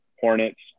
hornets